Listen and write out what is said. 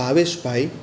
ભાવેશભાઈ